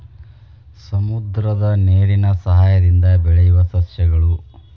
ಸಮುದ್ರದ ನೇರಿನ ಸಯಹಾಯದಿಂದ ಬೆಳಿಯುವ ಸಸ್ಯಗಳು